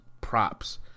props